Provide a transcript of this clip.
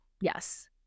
Yes